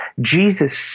Jesus